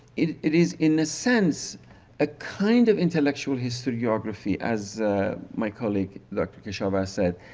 it it is in a sense a kind of intellectual historiography as my colleague dr. keshavarz said,